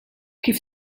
kif